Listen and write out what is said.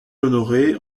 honoré